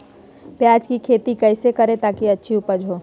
प्याज की खेती कैसे करें ताकि अच्छी उपज हो?